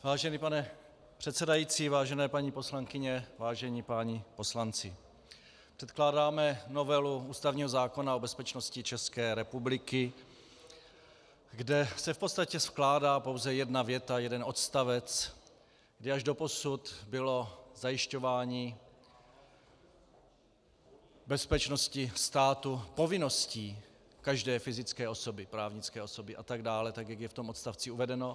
Vážený pane předsedající, vážené paní poslankyně, vážení páni poslanci, předkládáme novelu ústavního zákona o bezpečnosti České republiky, kde se v podstatě vkládá pouze jedna věta, jeden odstavec, kde až doposud bylo zajišťování bezpečnosti státu povinností každé fyzické osoby, právnické osoby atd., tak jak je v tom odstavci uvedeno.